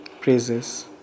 praises